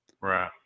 Right